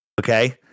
okay